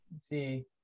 see